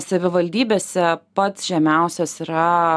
savivaldybėse pats žemiausias yra